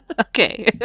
okay